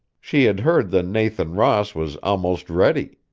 she had heard the nathan ross was almost ready.